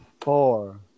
Four